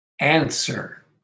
answer